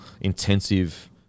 intensive